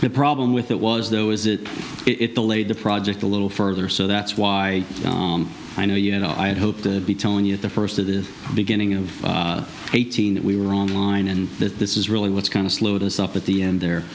the problem with that was though is that it delayed the project a little further so that's why i know you know i hope to be telling you at the first of the beginning of eighteen that we were in line and that this is really what's kind of slowed us up at the end there